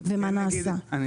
ומה נעשה?